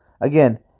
again